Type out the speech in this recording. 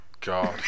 god